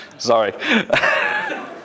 Sorry